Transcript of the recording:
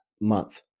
month